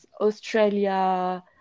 Australia